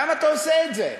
למה אתה עושה את זה?